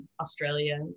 Australia